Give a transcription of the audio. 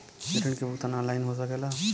ऋण के भुगतान ऑनलाइन हो सकेला?